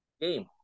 game